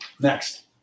Next